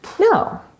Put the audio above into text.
No